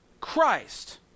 Christ